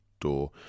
door